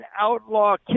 Outlaw